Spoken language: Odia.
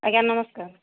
ଆଜ୍ଞା ନମସ୍କାର